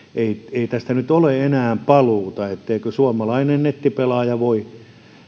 ei tästä nyt ole enää paluuta että suomalainen nettipelaaja voi